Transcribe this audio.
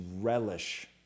relish